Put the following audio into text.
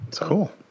Cool